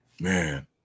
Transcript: Man